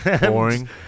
Boring